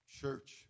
Church